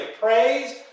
praise